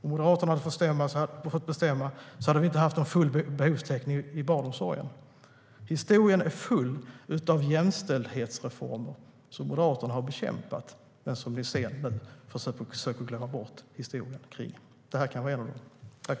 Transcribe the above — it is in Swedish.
Om Moderaterna hade fått bestämma hade vi inte haft full behovstäckning inom barnomsorgen. Historien är full av jämställdhetsreformer som Moderaterna har bekämpat men som de sedan försöker glömma bort historien kring. Detta kan vara en av dem.